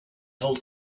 held